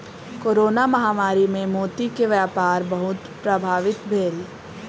corona महामारी मे मोती के व्यापार बहुत प्रभावित भेल